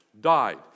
died